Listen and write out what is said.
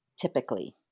typically